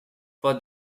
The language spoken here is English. for